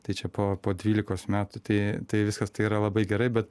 tai čia po po trylikos metų tai tai viskas tai yra labai gerai bet